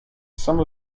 some